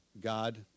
God